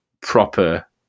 proper